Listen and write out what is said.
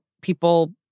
people